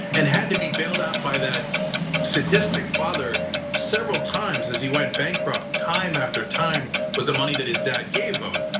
and had to be bailed out by that sadistic father several times as he went bankrupt time after time with the money that his dad gave him.